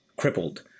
Crippled